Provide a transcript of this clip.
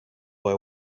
boy